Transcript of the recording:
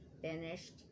finished